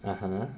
(uh huh)